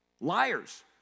liars